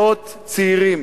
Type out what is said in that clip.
מאות צעירים,